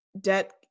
debt